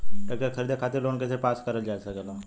Tractor खरीदे खातीर loan कइसे पास करल जा सकेला?